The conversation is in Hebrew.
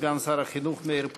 סגן שר החינוך מאיר פרוש,